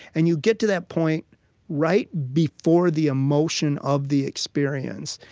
and you get to that point right before the emotion of the experience,